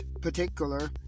particular